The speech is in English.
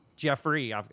Jeffrey